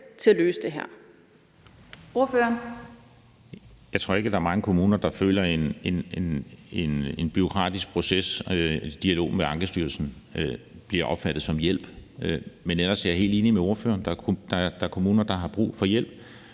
til at løse det her.